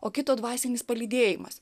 o kito dvasinis palydėjimas